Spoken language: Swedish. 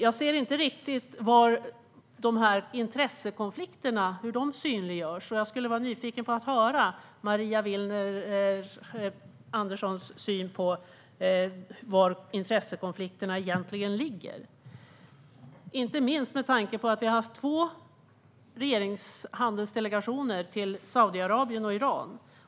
Jag ser inte riktigt hur intressekonflikterna synliggörs och skulle vilja höra Maria Andersson Willners syn på var intressekonflikterna egentligen ligger, inte minst med tanke på att två regerings och handelsdelegationer har besökt Saudiarabien och Iran.